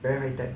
very high tech